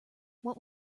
what